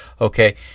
okay